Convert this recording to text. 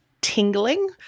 tingling